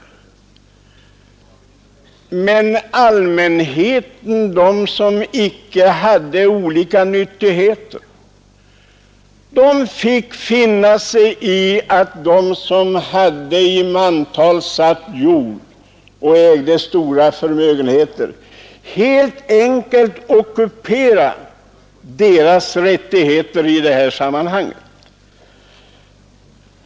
Men människor i allmänhet, de som icke hade olika nyttigheter, fick finna sig i att de som hade i mantal satt jord och ägde stora förmögenheter helt enkelt ockuperade deras rättigheter i det här sammanhanget.